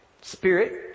Spirit